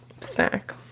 snack